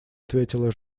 ответила